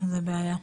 זה בעיה.